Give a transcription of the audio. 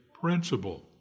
principle